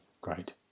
Great